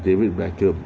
david beckham